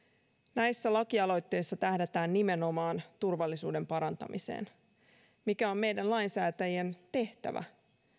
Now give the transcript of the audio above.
näissä lakialoitteissa tähdätään nimenomaan turvallisuuden parantamiseen mikä on meidän lainsäätäjien tehtävä